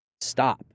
stop